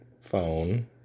phone